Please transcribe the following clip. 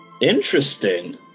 Interesting